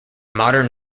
modern